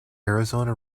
arizona